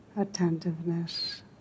attentiveness